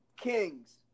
Kings